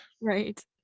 Right